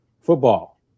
Football